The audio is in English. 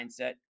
mindset